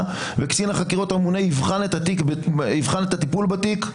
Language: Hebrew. וקצין החקירות הממונה יבחן את הטיפול בתיק.